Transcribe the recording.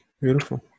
Beautiful